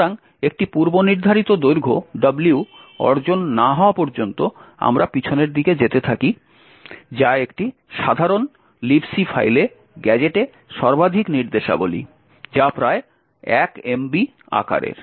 সুতরাং একটি পূর্বনির্ধারিত দৈর্ঘ্য W অর্জন না হওয়া পর্যন্ত আমরা পিছনের দিকে যেতে থাকি যা একটি সাধারণ Libc ফাইলে গ্যাজেটে সর্বাধিক নির্দেশাবলী যা প্রায় 1 MB আকারের